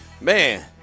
Man